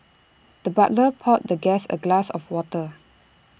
the butler poured the guest A glass of water